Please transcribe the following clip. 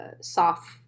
soft